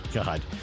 God